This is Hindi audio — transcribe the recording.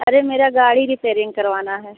अरे मेरी गाड़ी रिपेयरिंग करवानी है